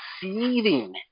seething